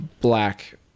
black